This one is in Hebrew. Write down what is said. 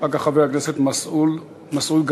אחר כך, חבר הכנסת מסעוד גנאים.